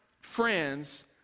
friends